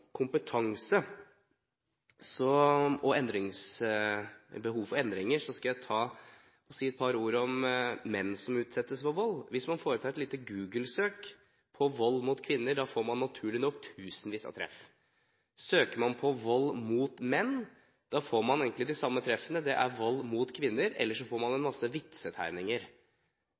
kompetanse og behov for endringer, skal jeg si et par ord om menn som utsettes for vold. Hvis man foretar et Google-søk på vold mot kvinner, får man naturlig nok tusenvis av treff. Søker man på vold mot menn, får man egentlig de samme treffene – vold mot kvinner – eller så får man en masse vitsetegninger.